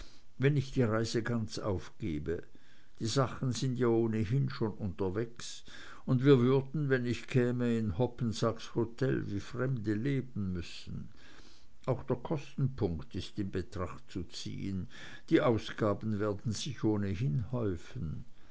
wenn ich die reise ganz aufgebe die sachen sind ja ohnehin schon unterwegs und wir würden wenn ich käme in hoppensacks hotel wie fremde leben müssen auch der kostenpunkt ist in betracht zu ziehen die ausgaben werden sich ohnehin häufen